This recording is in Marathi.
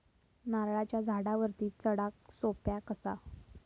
नारळाच्या झाडावरती चडाक सोप्या कसा?